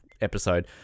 episode